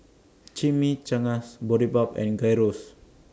Chimichangas Boribap and Gyros